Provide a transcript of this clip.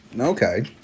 Okay